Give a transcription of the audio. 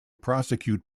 prosecute